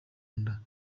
nda